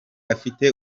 afite